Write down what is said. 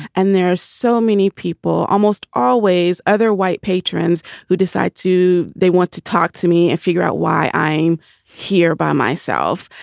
and there are so many people, almost always other white patrons who decide to they want to talk to me and figure out why i'm here by myself.